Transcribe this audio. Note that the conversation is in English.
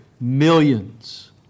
millions